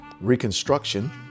Reconstruction